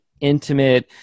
intimate